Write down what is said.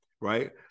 right